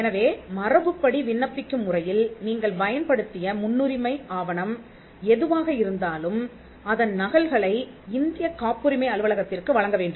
எனவே மரபுப்படி விண்ணப்பிக்கும் முறையில் நீங்கள் பயன்படுத்திய முன்னுரிமை ஆவணம் எதுவாக இருந்தாலும் அதன் நகல்களை இந்தியக் காப்புரிமை அலுவலகத்திற்கு வழங்க வேண்டும்